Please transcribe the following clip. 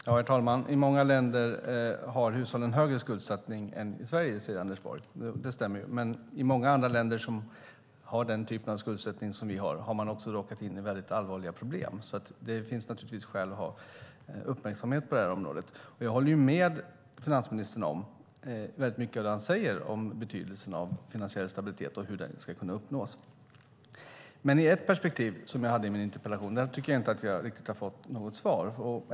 Herr talman! I många länder har hushållen högre skuldsättning än i Sverige, säger Anders Borg. Det stämmer. Men i många andra länder som har den typen av skuldsättning som Sverige har har de också råkat in i allvarliga problem. Det finns naturligtvis skäl att vara uppmärksam. Jag håller med finansministern om vad han säger om betydelsen av finansiell stabilitet och hur den kan uppnås. Ett perspektiv i min interpellation har jag inte fått svar på.